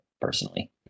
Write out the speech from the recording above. personally